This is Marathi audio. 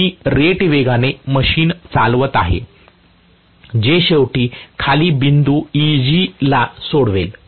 मी रेट वेगाने मशीन चालवित आहे जे शेवटी खाली बिंदू Eg ला सोडवेल